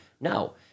no